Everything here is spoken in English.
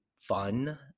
fun